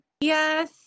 yes